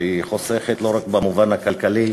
שחוסכת לא רק במובן הכלכלי,